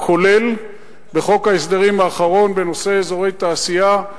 כולל בחוק ההסדרים האחרון בנושא אזורי תעשייה.